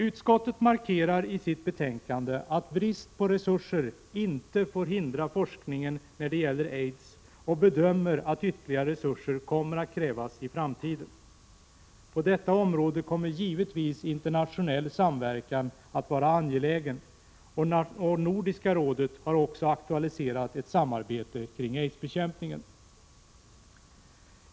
Utskottet markerar i sitt betänkande att brist på resurser inte får hindra forskningen när det gäller aids och bedömer att ytterligare resurser kommer att krävas i framtiden. På detta område kommer givetvis internationell samverkan att vara angelägen, och Nordiska rådet har också aktualiserat ett samarbete kring aidsbekämpningen.